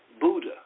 Buddha